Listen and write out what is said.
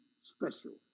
special